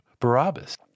Barabbas